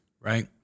right